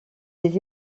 des